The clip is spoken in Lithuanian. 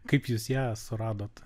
kaip jūs ją suradot